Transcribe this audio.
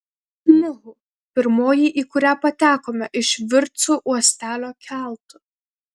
muhu pirmoji į kurią patekome iš virtsu uostelio keltu